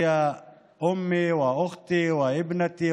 האישה היא אימי, אחותי, בתי,